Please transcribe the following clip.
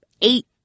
eight